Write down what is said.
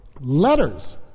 letters